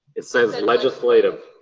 it says, legislative.